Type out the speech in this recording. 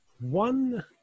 One